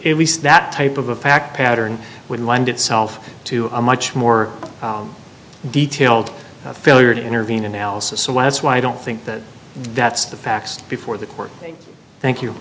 it least that type of a fact pattern would lend itself to a much more detailed failure to intervene analysis of why it's why i don't think that that's the facts before the court thank you